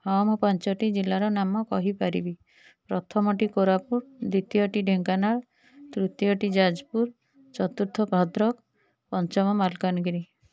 ହଁ ମୁଁ ପାଞ୍ଚଟି ଜିଲ୍ଲାରନାମ କହିପାରିବି ପ୍ରଥମଟି କୋରାପୁଟ ଦ୍ୱିତୀୟଟି ଢେଙ୍କାନାଳ ତୃତୀୟଟି ଯାଜପୁର ଚତୁର୍ଥଟି ଭଦ୍ରକ ପଞ୍ଚମ ମାଲକାନଗିରି